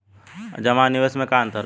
जमा आ निवेश में का अंतर ह?